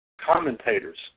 commentators